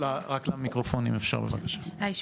היי,